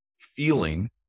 feeling